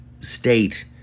state